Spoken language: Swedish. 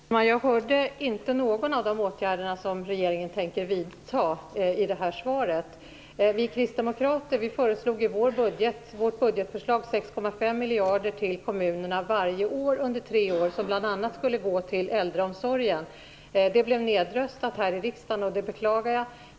Fru talman! Jag hörde inte att någon av de åtgärder som regeringen tänker vidta nämndes i det här svaret. Vi kristdemokrater föreslog i vårt budgetförslag 6,5 miljarder till kommunerna varje år under tre år som bl.a. skulle gå till äldreomsorgen. Det blev nedröstat här i riksdagen, och jag beklagar det.